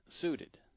suited